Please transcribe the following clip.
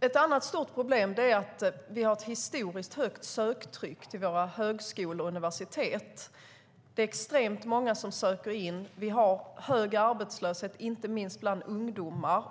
Ett annat stort problem är att vi har ett historiskt högt söktryck på våra högskolor och universitet. Det är extremt många som söker. vi har hög arbetslöshet, inte minst bland ungdomar.